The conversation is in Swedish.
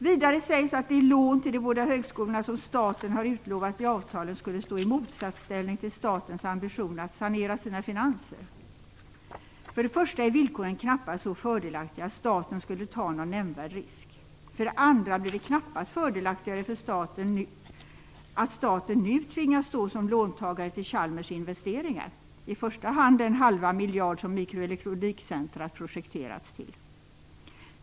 Vidare sägs att de lån till de båda högskolorna som staten har utlovat i avtalen skulle stå i motsatsställning till statens ambitioner att sanera sina finanser. För det första är villkoren knappast så fördelaktiga att staten skulle ta någon nämnvärd risk. För det andra blir det knappast fördelaktigare att staten nu tvingas stå som låntagare till Chalmers investeringar, i första hand den halva miljard som mikroelektronikcentrumet projekterats till.